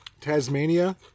Tasmania